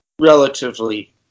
relatively